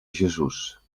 jesús